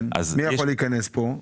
כן, מי יכול להיכנס פה?